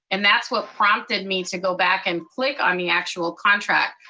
and that's what prompted me to go back and click on the actual contract.